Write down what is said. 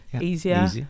easier